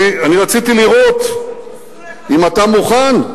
אני רציתי לראות אם אתה מוכן,